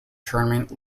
tournament